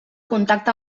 contacte